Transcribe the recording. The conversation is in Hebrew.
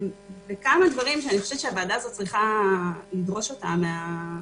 אומר כמה דברים שאני חושבת שהוועדה הזאת צריכה לדרוש אותם מהממשלה: